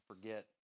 forget